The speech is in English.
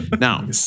Now